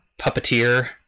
Puppeteer